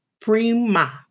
prima